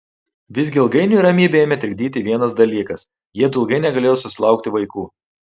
visgi ilgainiui ramybę ėmė trikdyti vienas dalykas jiedu ilgai negalėjo susilaukti vaikų